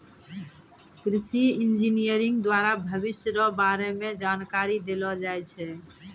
कृषि इंजीनियरिंग द्वारा भविष्य रो बारे मे जानकारी देलो जाय छै